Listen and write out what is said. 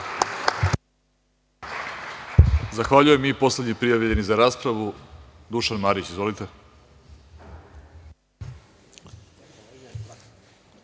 Zahvaljujem. Poslednji prijavljeni za raspravu, Dušan Marić. Izvolite.